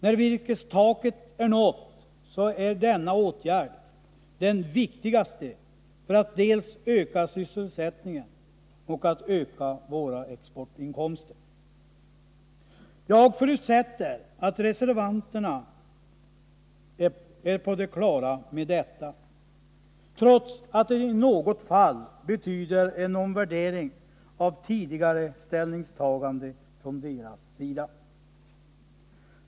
När virkestaket är nått, så är denna åtgärd den viktigaste för att dels öka sysselsättningen, dels öka våra exportinkomster. Jag förutsätter att reservanterna är på det klara med detta, trots att det i något fall betyder en omvärdering av tidigare ställningstagande från deras sida.